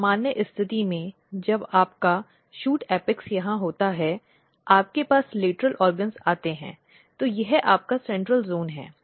तो सामान्य स्थिति में जब आपका शूट एपेक्स यहां होता है आपके पास पार्श्व अंग आते हैं तो यह आपका केंद्रीय क्षेत्र है